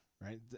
Right